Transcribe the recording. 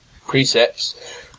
precepts